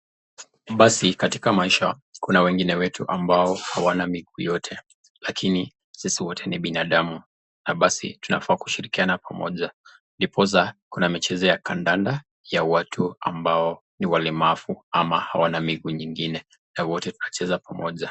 Basi katika maisha kuna wengine wetu ambao hawana miguu yote lakini sisi wote ni binadamu na basi tunafaa kushirikiana pamoja ndiposa kuna michezo ya kandanda ya watu ambao ni walemavu ama hawana miguu nyingine na wote tunacheza pamoja.